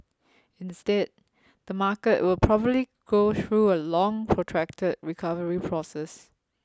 instead the market will probably go through a long protracted recovery process